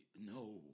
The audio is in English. no